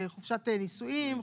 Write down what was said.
חופשית נישואין,